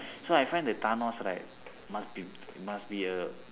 so I find that thanos right must be must be a